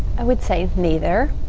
i would say neither.